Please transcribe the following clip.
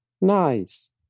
nice